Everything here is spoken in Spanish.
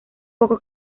poco